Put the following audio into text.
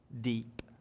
deep